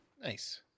Nice